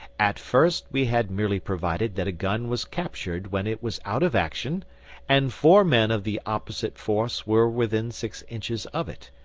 at first we had merely provided that a gun was captured when it was out of action and four men of the opposite force were within six inches of it,